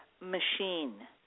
Machine